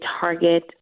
Target